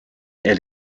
elle